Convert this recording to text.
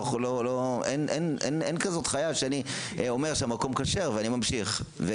אין כזאת חיה שאני אומר שהמקום כשר ואני ממשיך.